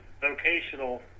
vocational